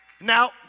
Now